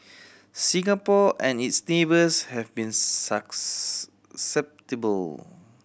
Singapore and its neighbours have been